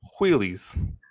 wheelies